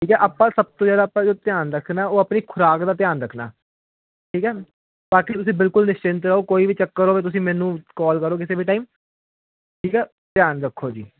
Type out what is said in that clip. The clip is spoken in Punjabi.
ਠੀਕ ਆ ਆਪਾਂ ਸਭ ਤੋਂ ਜ਼ਿਆਦਾ ਆਪਾਂ ਜੋ ਧਿਆਨ ਰੱਖਣਾ ਉਹ ਆਪਣੀ ਖੁਰਾਕ ਦਾ ਧਿਆਨ ਰੱਖਣਾ ਠੀਕ ਹੈ ਬਾਕੀ ਤੁਸੀਂ ਬਿਲਕੁਲ ਨਿਸ਼ਚਿੰਤ ਰਹੋ ਕੋਈ ਵੀ ਚੱਕਰ ਹੋਵੇ ਤੁਸੀਂ ਮੈਨੂੰ ਕਾਲ ਕਰੋ ਕਿਸੇ ਵੀ ਟਾਈਮ ਠੀਕ ਆ ਧਿਆਨ ਰੱਖੋ ਜੀ